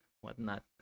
whatnot